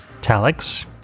Talix